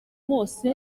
bose